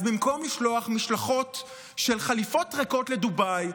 אז במקום לשלוח משלחות של חליפות ריקות לדובאי,